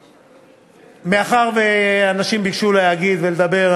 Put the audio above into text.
מאחר שאנשים ביקשו להגיב ולדבר,